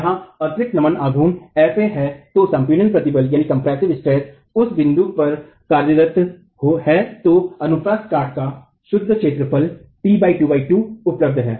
यहाँ अतिरिक्त नमन आघूर्ण fa है तो संपीडन प्रतिबल उस बिंदु पर कार्यरत है तो अनुप्रस्थ काट का शुद्ध क्षेत्रफल t22उपलब्ध है